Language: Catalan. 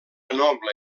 noble